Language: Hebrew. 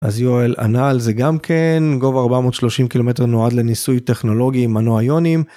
אז יואל ענה על זה גם כן גובה 430 קילומטר נועד לניסוי טכנולוגי עם מנוע יונים.